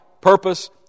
purpose